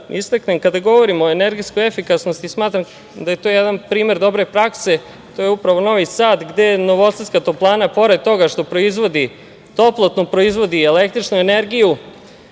kada govorimo o energetskoj efikasnosti, smatram da je to jedan primer dobre prakse, to je upravo Novi Sad, gde Novosadska toplana, pored toga što proizvodi toplotnu, proizvodi električnu energiju